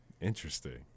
Interesting